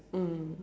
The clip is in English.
mm